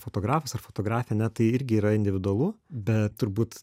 fotografas ar fotografė ar ne tai irgi yra individualu bet turbūt